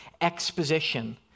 exposition